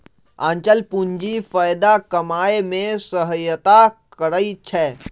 आंचल पूंजी फयदा कमाय में सहयता करइ छै